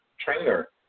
trainer